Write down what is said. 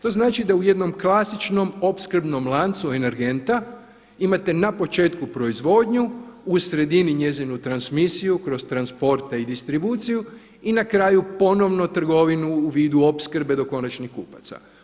To znati da u jednom klasičnom opskrbnom lancu energenta imate na početku proizvodnju, u sredini njezinu transmisiju kroz transporte i distribuciju i na kraju ponovno trgovinu u vidu opskrbe do konačnih kupaca.